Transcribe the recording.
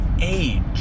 age